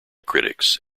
critics